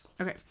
okay